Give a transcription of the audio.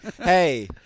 Hey